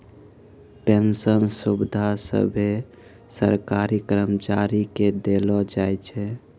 pension सुविधा सभे सरकारी कर्मचारी के देलो जाय छै